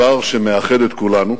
בדבר שמאחד את כולנו,